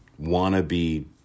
wannabe